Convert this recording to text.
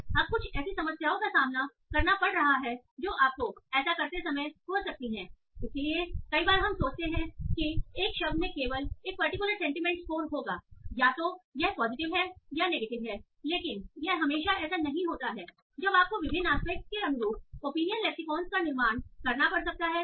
संदर्भ समय822 अब कुछ ऐसी समस्याओं का सामना करना पड़ रहा है जो आपको ऐसा करते समय हो सकती हैं इसलिए कई बार हम सोचते हैं कि एक शब्द में केवल एक पर्टिकुलर सेंटीमेंट स्कोर होगा या तो यह पॉजिटिव है या यह नेगेटिव है लेकिन यह हमेशा ऐसा नहीं होता है जब आपको विभिन्न आस्पेक्टस के अनुरूप ओपिनियन लेक्सिकॉन का निर्माण करना पड़ सकता है